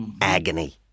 Agony